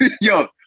yo